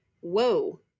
Whoa